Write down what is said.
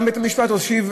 גם בית-המשפט הושיב,